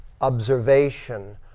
observation